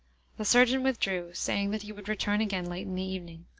the surgeon withdrew, saying that he would return again late in the evening.